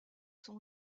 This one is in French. son